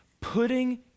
Putting